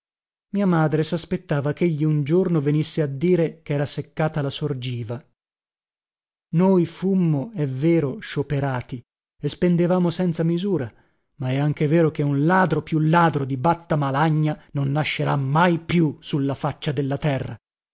mia madre saspettava chegli un giorno venisse a dire chera seccata la sorgiva noi fummo è vero scioperati e spendevamo senza misura ma è anche vero che un ladro più ladro di batta malagna non nascerà mai più su la faccia della terra